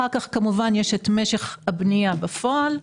אחר כך יש את משך הבנייה בפועל,